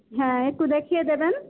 হ্যাঁ একটু দেখিয়ে দেবেন